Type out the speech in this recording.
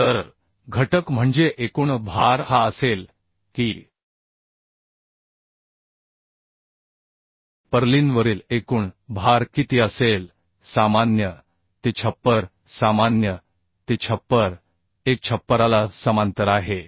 तर घटक म्हणजे एकूण भार हा असेल की पर्लिनवरील एकूण भार किती असेल सामान्य ते छप्पर सामान्य ते छप्पर एक छप्पराला समांतर आहे